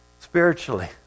Spiritually